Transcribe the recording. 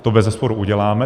To bezesporu uděláme.